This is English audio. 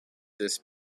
this